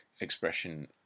expression